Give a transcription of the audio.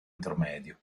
intermedio